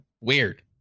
weird